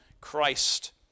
Christ